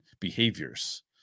behaviors